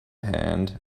hand